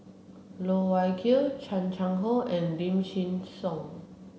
Loh Wai Kiew Chan Chang How and Lim Chin Siong